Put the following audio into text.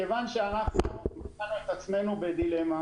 מכיוון שאנחנו מצאנו את עצמנו בדילמה,